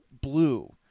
blue